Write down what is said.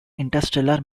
interstellar